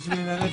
יש רוויזיה.